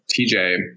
TJ